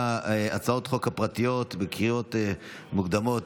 בהצעות החוק הפרטיות לקריאה מוקדמת,